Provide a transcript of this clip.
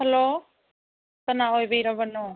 hello ꯀꯅꯥ ꯑꯣꯏꯕꯤꯔꯕꯅꯣ